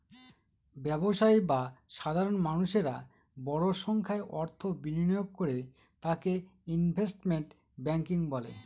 ব্যবসায়ী বা সাধারণ মানুষেরা বড় সংখ্যায় অর্থ বিনিয়োগ করে তাকে ইনভেস্টমেন্ট ব্যাঙ্কিং বলে